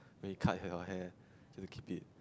when you cut your hair want to keep it